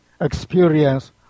experience